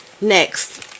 next